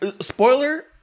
Spoiler